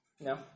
No